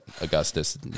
Augustus